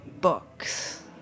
books